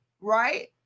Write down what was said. right